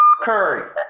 Curry